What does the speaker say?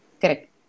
Correct